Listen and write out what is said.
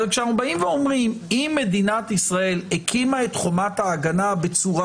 אבל אם מדינת ישראל הקימה את חומת ההגנה בצורה